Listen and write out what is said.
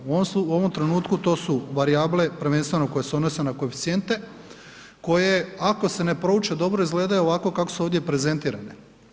U ovom trenutku to su varijable prvenstveno koje se odnose na koeficijente koje, ako se ne prouče dobro, izgledaju ovako kako su ovdje prezentirane.